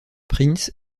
prince